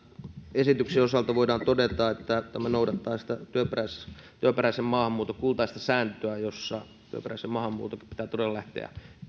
esityksen osalta voidaan todeta että tämä noudattaa sitä työperäisen maahanmuuton kultaista sääntöä jossa työperäisen maahanmuuton pitää todella lähteä